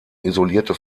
isolierte